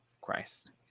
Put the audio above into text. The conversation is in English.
Christ